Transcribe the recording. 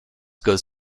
goes